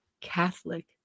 Catholic